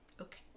Okay